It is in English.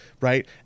right